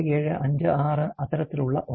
8756 അത്തരത്തിലുള്ള ഒന്ന്